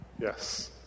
Yes